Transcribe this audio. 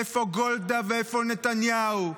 איפה גולדה ואיפה נתניהו?